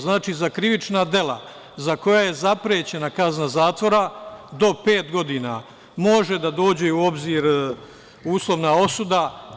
Znači, za krivična dela za koja je zaprećena kazna zatvora do pet godina može da dođe u obzir uslovna osuda.